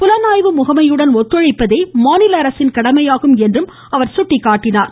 புலனாய்வு முகமையுடன் ஒத்துழைப்பதே மாநில அரசின் கடமையாகும் என்று அவர் சுட்டிக்காட்டியுள்ளார்